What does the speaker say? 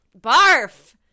Barf